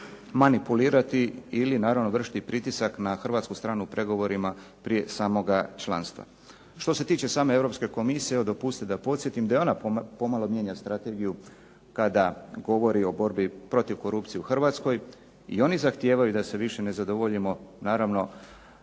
manipulirati ili naravno vršiti pritisak na hrvatsku stranu u pregovorima prije samoga članstva. Što se tiče same Europske komisije, evo dopustite da podsjetim, da i ona pomalo mijenja strategiju kada govori o borbi protiv korupcije u Hrvatskoj. I oni zahtijevaju da se više ne zadovoljimo naravno